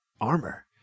armor